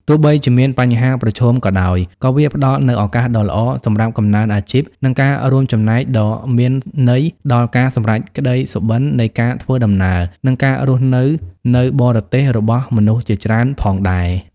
ទោះបីជាមានបញ្ហាប្រឈមក៏ដោយ ក៏វាផ្តល់នូវឱកាសដ៏ល្អសម្រាប់កំណើនអាជីព និងការរួមចំណែកដ៏មានន័យដល់ការសម្រេចក្តីសុបិននៃការធ្វើដំណើរ និងការរស់នៅនៅបរទេសរបស់មនុស្សជាច្រើនផងដែរ។